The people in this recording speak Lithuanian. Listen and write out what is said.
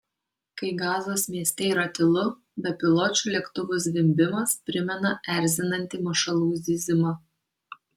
kai gazos mieste yra tylu bepiločių lėktuvų zvimbimas primena erzinantį mašalų zyzimą